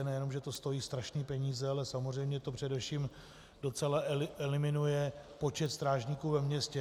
Nejenom že to stojí strašné peníze, ale samozřejmě to především docela eliminuje počet strážníků ve městě.